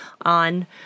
on